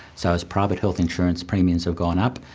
so as private health insurance premiums have gone up,